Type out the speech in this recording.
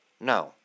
No